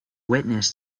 witness